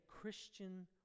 Christian